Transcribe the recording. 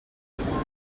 даа